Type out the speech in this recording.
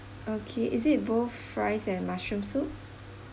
okay is it both fries and mushroom soup